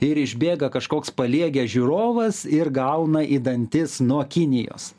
ir išbėga kažkoks paliegęs žiūrovas ir gauna į dantis nuo kinijos